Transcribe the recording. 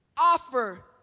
offer